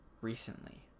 recently